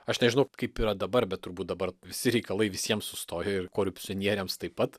aš nežinau kaip yra dabar bet turbūt dabar visi reikalai visiems sustojo ir korupcionieriams taip pat